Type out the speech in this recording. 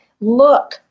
Look